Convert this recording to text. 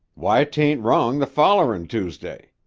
why, t ain't wrong the follerin tuesday.